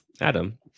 Adam